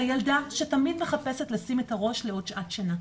הילדה שתמיד מחפשת לשים את הראש לעוד שעת שינה.